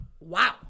Wow